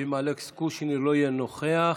ואם אלכס קושניר לא יהיה נוכח,